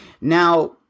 Now